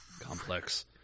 complex